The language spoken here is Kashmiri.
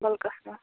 بلکَس منٛز